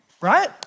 Right